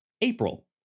April